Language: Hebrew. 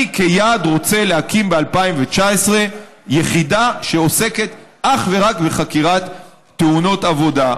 אני כיעד רוצה להקים ב-2019 יחידה שעוסקת אך ורק בחקירת תאונות עבודה.